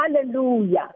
Hallelujah